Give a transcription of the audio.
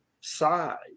side